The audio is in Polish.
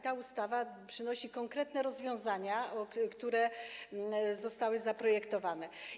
Ta ustawa przynosi konkretne rozwiązania, które zostały zaprojektowane.